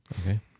Okay